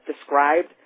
described